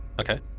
Okay